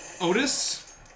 Otis